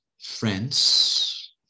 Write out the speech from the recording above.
friends